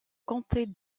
compter